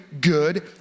good